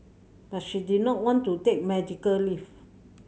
but she did not want to take medical leave